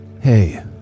Hey